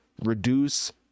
reduce